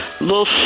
little